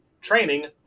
training